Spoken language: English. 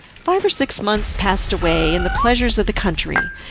five or six months passed away in the pleasures of the country,